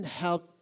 help